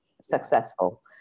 successful